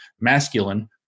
masculine